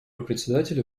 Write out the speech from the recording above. председателя